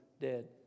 dead